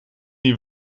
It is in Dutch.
die